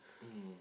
mm